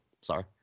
Sorry